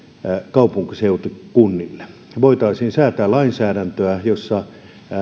kaupunkiseutukunnille voitaisiin säätää lainsäädäntöä jossa